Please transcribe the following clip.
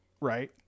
right